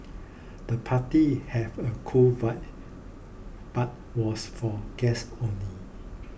the party had a cool vibe but was for guests only